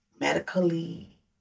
Medically